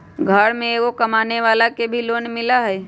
घर में एगो कमानेवाला के भी लोन मिलहई?